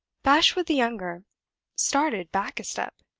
bashwood the younger started back a step.